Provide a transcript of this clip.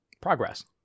Progress